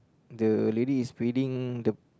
the lady is breeding the